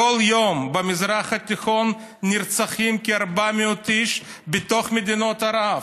בכל יום במזרח התיכון נרצחים כ-400 איש בתוך מדינות ערב,